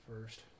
first